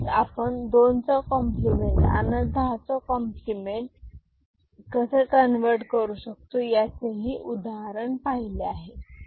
तसेच आपण दोनचा कॉम्प्लिमेंट आणि दहा चा कॉम्प्लिमेंट साठी कसे कन्व्हर्ट करू शकतो याचे उदाहरण पाहिले आहे